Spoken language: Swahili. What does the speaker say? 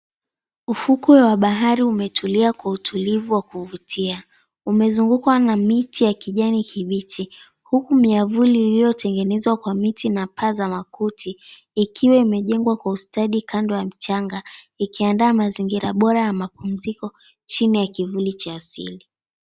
Ufuko wa bahari umetulia kwa utulivu wa kuvutia. Umezungukwa na miti ya kijani kibichi, huku miavuli iliyo tengenezwa kwa miti na paa za makuti, ikiwa imejengwa kwa ustandi kando ya mchanga, ikiandaa mazingira bora ya mapumziko chini ya kivuli cha asili.